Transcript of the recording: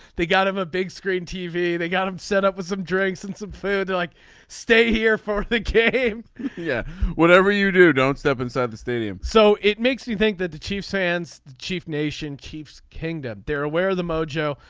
they got him a big screen tv. they got him set up with some drinks and some food. like stay here for thinking hey yeah whatever you do don't step inside the stadium so it makes you think that the chief sands chief nation keeps kingdom. they're aware of the mojo.